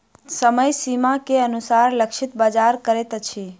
समय सीमा के अनुसार लक्षित बाजार करैत अछि